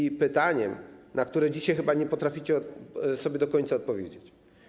Jest to pytanie, na które dzisiaj chyba nie potraficie sobie do końca odpowiedzieć.